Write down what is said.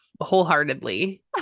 wholeheartedly